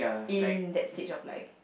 in that stage of life